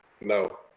No